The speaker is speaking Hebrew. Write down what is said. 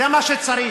זה מה שצריך.